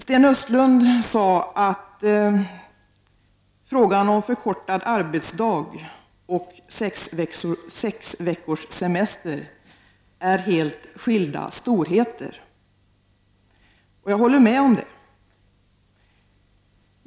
Sten Östlund sade att frågan om förkortad arbetsdag och sex veckors semester är helt skilda storheter. Jag håller med om det.